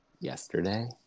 yesterday